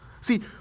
See